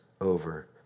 over